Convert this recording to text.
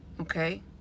okay